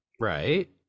right